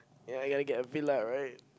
ya you gonna get a villa right